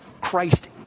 Christ